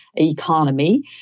economy